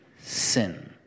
sin